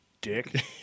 dick